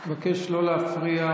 נפתלי,